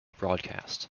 broadcast